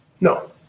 No